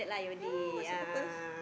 ya lah what's the purpose